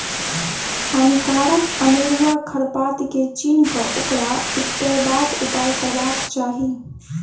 हानिकारक अनेरुआ खर पात के चीन्ह क ओकरा उपटयबाक उपाय करबाक चाही